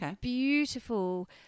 beautiful